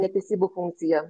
netesybų funkcija